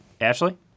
Ashley